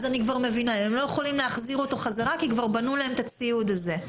הם לא יכולים להחזיר אותו בחזרה כי כבר בנו להם את הציוד הזה.